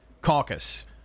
Caucus